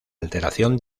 alteración